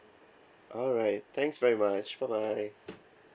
alright thanks very much bye bye